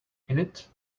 innit